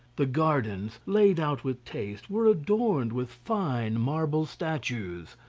the gardens, laid out with taste, were adorned with fine marble statues.